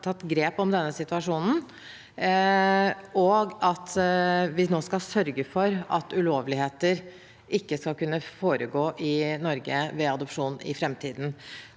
vi har tatt grep om denne situasjonen, og at vi nå skal sørge for at ulovligheter ikke skal kunne foregå i Norge ved adopsjon i framtiden.